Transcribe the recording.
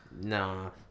No